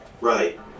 Right